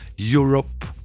Europe